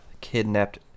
kidnapped